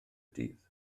dydd